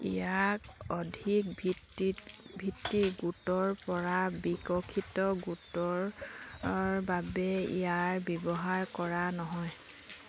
ইয়াক অধিক ভিত্তিত ভিত্তি গোটৰ পৰা বিকশিত গোটৰ অৰ বাবে ইয়াৰ ব্যৱহাৰ কৰা হয়